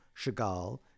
Chagall